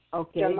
okay